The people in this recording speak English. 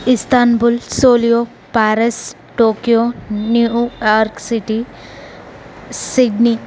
Istanbul Seoul Paris Tokyo New York city Sydney